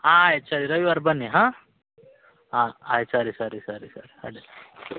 ಹಾಂ ಆಯ್ತು ಸರಿ ರವಿವಾರ ಬನ್ನಿ ಹಾಂ ಹಾಂ ಆಯ್ತು ಸರಿ ಸರಿ ಸರಿ ಸರಿ ಅಡ್ಡಿಲ್ಲ